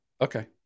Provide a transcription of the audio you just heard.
Okay